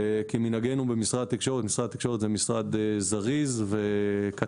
כמנהגנו במשרד התקשורת משרד התקשורת הוא משרד זריז וקטן,